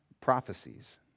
Prophecies